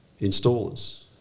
installers